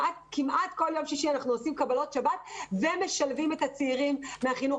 כמעט כל יום שישי אנחנו עושים קבלות שבת ומשלבים את הצעירים מהחינוך